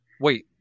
Wait